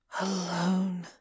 alone